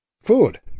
food